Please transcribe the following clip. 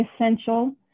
essential